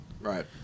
right